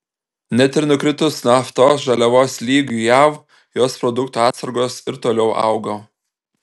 net ir nukritus naftos žaliavos lygiui jav jos produktų atsargos ir toliau augo